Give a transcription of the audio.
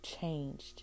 changed